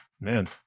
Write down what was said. man